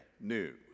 news